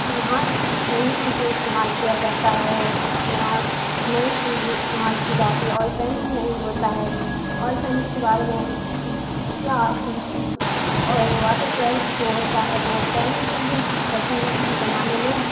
یہاں نئی چیزیں استعمال کیا جاتا ہے یہاں نئی چیز ہی استعمال کی جاتی ہے آل پین نہیں ہوتا ہے آل پین کے بارے میں کیا اور واٹر کلرز جو ہوتا ہے وہ پینٹ ونٹ تصویر وصویر بنانے میں